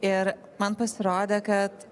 ir man pasirodė kad